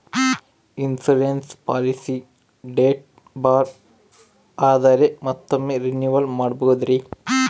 Insurance policy date ಬಾರ್ ಆದರೆ ಮತ್ತೊಮ್ಮೆ ರಿನಿವಲ್ ಮಾಡಬಹುದ್ರಿ?